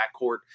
backcourt